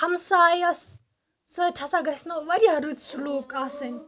ہمسایَس سۭتۍ ہسا گژھِنو واریاہ رٔتۍ سلوٗک آسٕنۍ